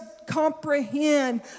comprehend